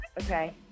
Okay